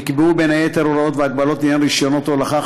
נקבעו בין היתר הוראות והגבלות לעניין רישיונות הולכה,